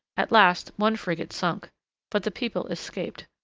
at last one frigate sunk but the people escaped,